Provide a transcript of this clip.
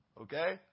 Okay